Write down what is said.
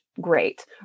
great